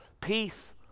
Peace